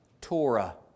Torah